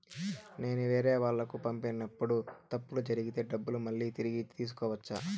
నేను వేరేవాళ్లకు పంపినప్పుడు తప్పులు జరిగితే డబ్బులు మళ్ళీ తిరిగి తీసుకోవచ్చా?